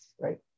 right